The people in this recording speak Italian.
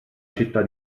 città